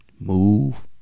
move